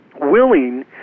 willing